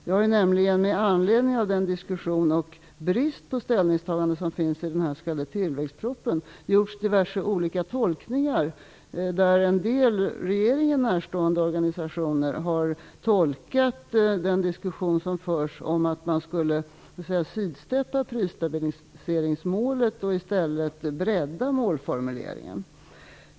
Det har nämligen med anledning av den diskussion som förs och bristen på ställningstagande i den s.k. tilläggspropositionen gjorts diverse olika tolkningar. En del regeringen närstående organisationer har tolkat den diskussion som förs som att man skulle sidsteppa prisstabiliseringsmålet och i stället bredda målformuleringen.